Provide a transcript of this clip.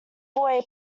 boy